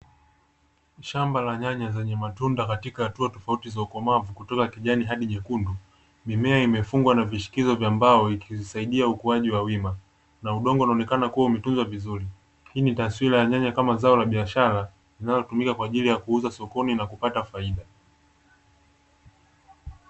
Shamba la nyanya lenye matunda katika hatua tofauti za ukomavu kutoka kijani hadi nyekundu, mimea imeshikizwa na vishikizo vya mbao kusaidia ukuaji wa wima na udongo unaonekana umetunzwa vizuri, hii ni taswira kama zao la biashara linaloyumika kwa ajili ya kuuza sokoni na kupata faida.